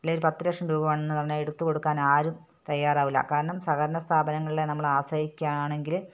അല്ലേൽ ഒരു പത്ത് ലക്ഷം രൂപ വേണമെന്ന് പറഞ്ഞാൽ എടുത്ത് കൊടുക്കാൻ ആരും തയ്യാറാവില്ല കാരണം സഹകരണ സ്ഥാപനങ്ങളെ നമ്മള് ആശ്രയിക്കുകയാണെങ്കില്